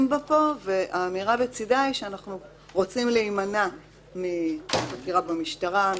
בה פה והאמירה לצדה היא שרוציים להימנע בחקירה במשטרה,